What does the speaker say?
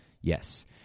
Yes